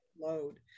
load